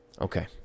Okay